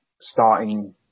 starting